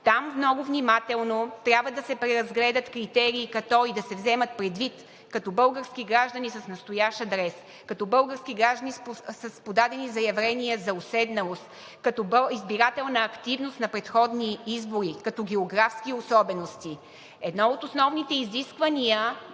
Там много внимателно трябва да се преразгледат критериите и да се вземат предвид като български граждани с настоящ адрес; като български граждани с подадени заявления за уседналост; като избирателна активност на предходни избори; като географски особености. Едно от основните изисквания